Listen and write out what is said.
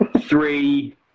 three